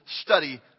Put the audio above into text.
study